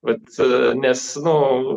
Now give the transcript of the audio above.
vat nes nu